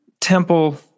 Temple